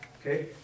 Okay